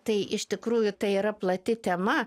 tai iš tikrųjų tai yra plati tema